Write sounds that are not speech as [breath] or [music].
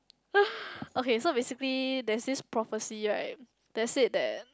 [breath] okay so basically there's this prophecy right that said that